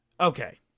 Okay